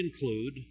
include